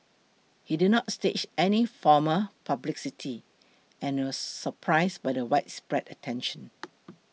he did not stage any formal publicity and was surprised by the widespread attention